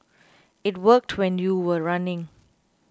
it worked when you were running